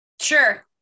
sure